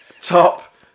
Top